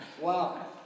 Wow